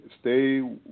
stay